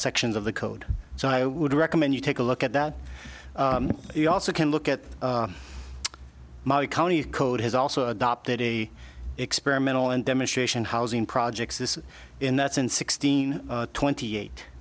sections of the code so i would recommend you take a look at that you also can look at my county code has also adopted a experimental and demonstration housing projects this in that's in sixteen twenty eight